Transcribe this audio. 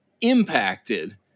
impacted